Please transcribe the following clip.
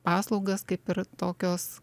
paslaugas kaip ir tokios